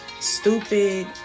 stupid